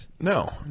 No